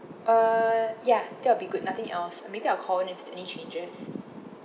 uh ya that will be good nothing else maybe I'll call if there any changes